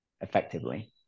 effectively